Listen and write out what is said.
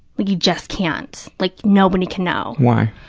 like you just can't. like, nobody can know. why?